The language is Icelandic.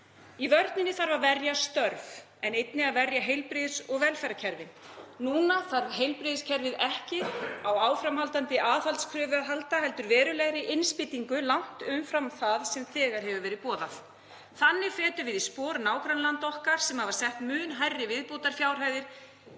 Í vörninni þarf að verja störf en einnig að verja heilbrigðis- og velferðarkerfið. Nú þarf heilbrigðiskerfið ekki á áframhaldandi aðhaldskröfu að halda heldur verulegri innspýtingu langt umfram það sem þegar hefur verið boðað. Þannig fetum við í spor nágrannalanda okkar sem hafa sett mun hærri viðbótarfjárhæðir